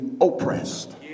oppressed